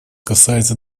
касается